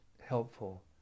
helpful